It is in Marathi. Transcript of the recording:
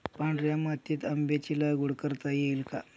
पांढऱ्या मातीत आंब्याची लागवड करता येईल का?